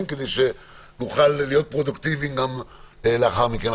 כדי שנוכל להיות פרודוקטיביים גם לאחר מכן,